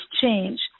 change